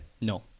No